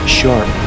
sharp